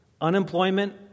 unemployment